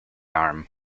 arm